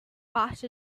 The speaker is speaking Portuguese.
parte